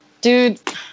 dude